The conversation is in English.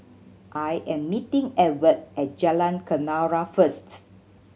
I am meeting Edward at Jalan Kenarah first